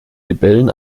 libellen